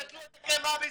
תגדלו את הקנאביס,